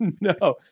No